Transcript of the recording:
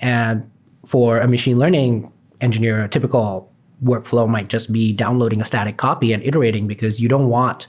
and for a machine learning engineer, a typical workflow might just be downloading a static copy and iterating because you don't want